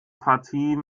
partie